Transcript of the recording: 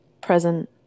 Present